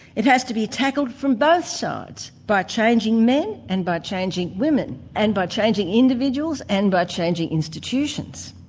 it has to be tackled from both sides, by changing men, and by changing women, and by changing individuals and by changing institutions.